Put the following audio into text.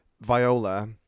Viola